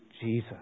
Jesus